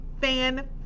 fan